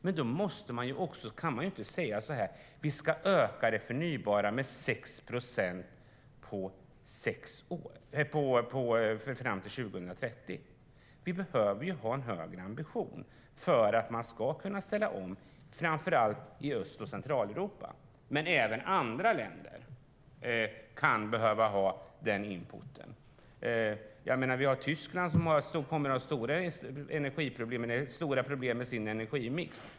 Men då kan vi inte säga att vi ska öka det förnybara med 6 procent fram till 2030. Vi behöver ha en högre ambition för att man ska kunna ställa om framför allt i Öst och Centraleuropa, men även andra länder kan behöva en input. Tyskland kommer att ha stora problem med sin energimix.